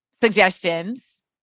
suggestions